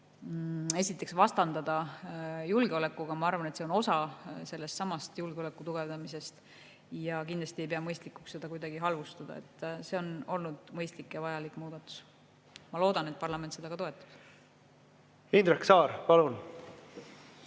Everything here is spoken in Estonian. kuidagi vastandada julgeolekuga, ma arvan, et see on osa sellestsamast julgeoleku tugevdamisest, ja kindlasti ei pea ma mõistlikuks seda kuidagi halvustada. See on olnud mõistlik ja vajalik muudatus. Ma loodan, et parlament seda ka toetab. Valitsus